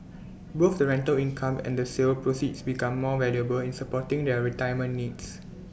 both the rental income and the sale proceeds become more valuable in supporting their retirement needs